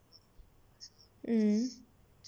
mm